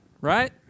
right